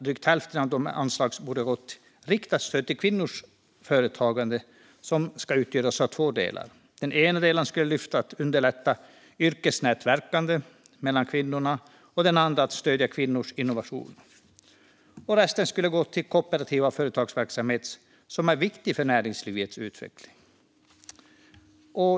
Drygt hälften av denna anslagsökning borde ha gått till ett riktat stöd till kvinnors företagande som skulle utgöras av två delar. Den ena delen skulle syfta till att underlätta yrkesnätverkande mellan kvinnor och den andra till att stödja kvinnors innovation. Resten skulle gå till kooperativ företagsverksamhet som är viktig för näringslivets utveckling.